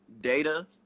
data